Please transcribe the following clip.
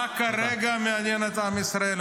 מה כרגע מעניין את עם ישראל?